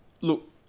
look